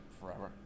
forever